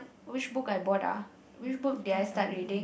which book I bought ah which book did I start reading